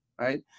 right